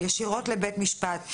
ישירות לבית משפט.